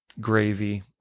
Gravy